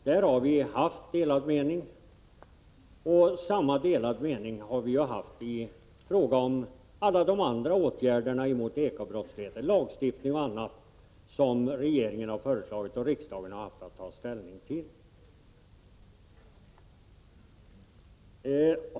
Där har vi haft olika meningar, och på samma sätt har vi haft delade meningar i fråga om alla andra åtgärder mot ekobrottslighet — lagstiftning och annat — som regeringen har föreslagit och riksdagen har haft att ta ställning till.